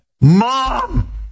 mom